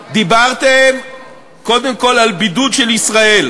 דיברתם קודם כול על בידוד של ישראל,